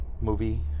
movie